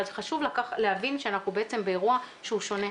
אבל זה חשוב להבין שאנחנו בעצם באירוע שהוא שונה.